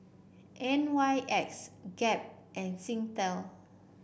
N Y X Gap and Singtel